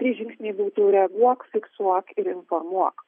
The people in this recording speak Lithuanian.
trys žingsniai būtų reaguok fiksuok ir informuok